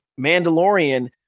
Mandalorian